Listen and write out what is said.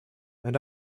and